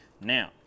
Now